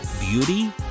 Beauty